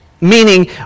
Meaning